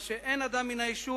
מה שאין אדם מן היישוב